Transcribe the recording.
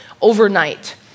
overnight